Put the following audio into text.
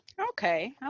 Okay